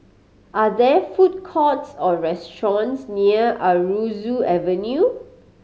are there food courts or restaurants near Aroozoo Avenue